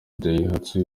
daihatsu